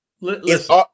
listen